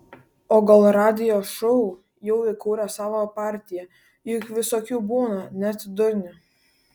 o gal radijo šou jau įkūrė savo partiją juk visokių būna net durnių